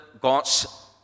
God's